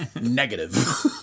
Negative